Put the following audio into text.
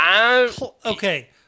Okay